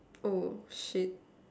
oh shit